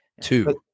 Two